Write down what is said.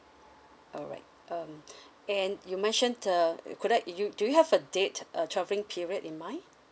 alright um and you mentioned uh you could I you do you have a date uh travelling period in mind